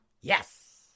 Yes